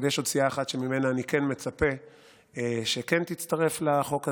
אבל יש עוד סיעה אחת שממנה אני כן מצפה שכן תצטרף לחוק הזה,